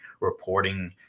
reporting